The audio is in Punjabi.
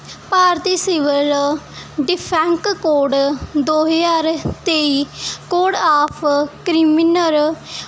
ਭਾਰਤੀ ਸਿਵਲ ਡਿਫੈਂਕ ਕੋਡ ਦੋ ਹਜ਼ਾਰ ਤੇਈ ਕੋਡ ਆਫ ਕ੍ਰਿਮੀਨਰ